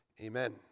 Amen